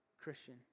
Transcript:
Christian